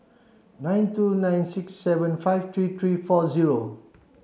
nine two nine six seven five three three four zero